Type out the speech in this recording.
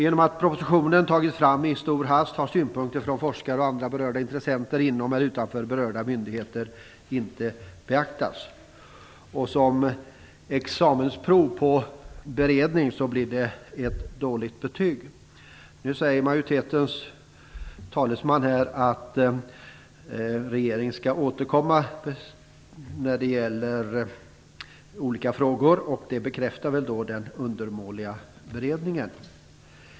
Genom att propositionen tagits fram i stor hast har synpunkter från forskare och andra berörda intressenter inom eller utanför berörda myndigheter inte beaktats. Som examensprov på beredning måste denna hantering ges ett dåligt betyg. Majoritetens talesman säger här att regeringen skall återkomma till olika frågor, och det bekräftar väl intrycket av en undermålig beredning.